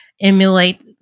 emulate